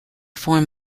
form